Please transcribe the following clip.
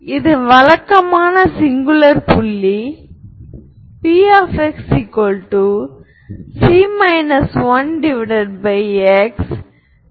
எனவே நீங்கள் ஒரு ஹெர்மிடியன் மேட்ரிக்ஸின் ஐகென் மதிப்பை எடுத்துக் கொண்டால் ஐகென் மதிப்பு உண்மையானதாக இருக்க வேண்டும்